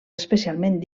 especialment